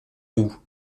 roues